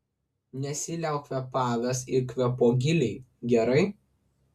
nesiliauk kvėpavęs ir kvėpuok giliai gerai